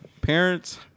parents